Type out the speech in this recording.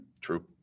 true